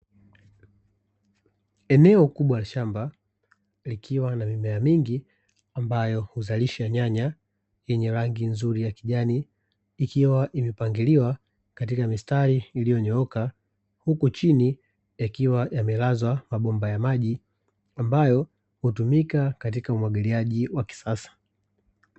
Eneo kubwa la shamba likiwa na mimea mingi ambayo huzalisha nyanya yenye rangi nzuri ya kijani ikiwa imepangiliwa katika mistari iliyonyooka, huku chini yakiwa yamelazwa mabomba ya maji ambayo hutumika katika umwagiliaji wa kisasa.